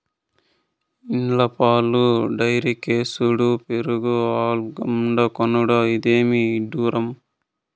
ఇండ్ల పాలు డైరీకేసుడు పెరుగు అంగడ్లో కొనుడు, ఇదేమి ఇడ్డూరం